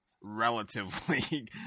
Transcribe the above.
relatively